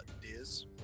Diz